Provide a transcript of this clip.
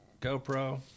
gopro